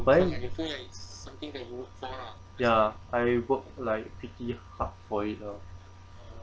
but then ya I work like pretty hard for it lah